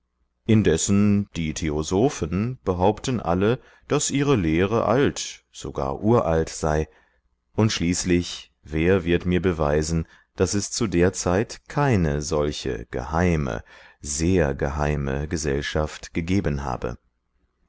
indessen die theosophen behaupten alle daß ihre lehre alt sogar uralt sei und schließlich wer wird mir beweisen daß es zu der zelt keine solche geheime sehr geheime gesellschaft gegeben habe